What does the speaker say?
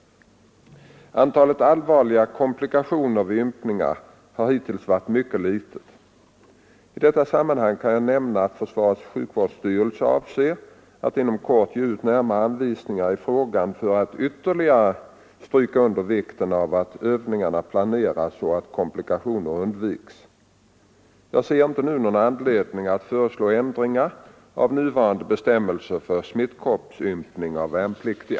Antalet allvarliga komplikationer vid ympningarna har hittills varit mycket litet. I detta sammanhang kan jag nämna att försvarets sjukvårdsstyrelse avser att inom kort ge ut närmare anvisningar i frågan för att ytterligare stryka under vikten av att övningarna planeras så att komplikationer undviks. Jag ser inte nu någon anledning att föreslå ändring av nuvarande bestämmelser för smittkoppsympning av värnpliktiga.